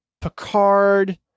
Picard